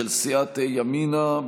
של סיעת ימינה,